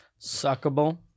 Suckable